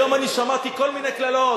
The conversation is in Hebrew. היום אני שמעתי כל מיני קללות,